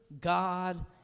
god